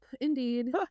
indeed